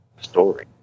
story